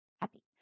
happy